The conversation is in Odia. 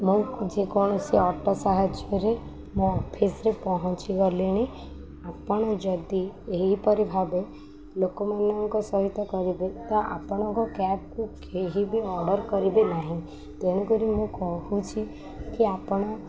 ମୁଁ ଯେକୌଣସି ଅଟୋ ସାହାଯ୍ୟରେ ମୋ ଅଫିସରେ ପହଞ୍ଚିଗଲିଣି ଆପଣ ଯଦି ଏହିପରି ଭାବେ ଲୋକମାନଙ୍କ ସହିତ କରିବେ ତ ଆପଣଙ୍କ କ୍ୟାବକୁ କେହିବି ଅର୍ଡ଼ର କରିବେ ନାହିଁ ତେଣୁକରି ମୁଁ କହୁଛି କି ଆପଣ